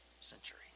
century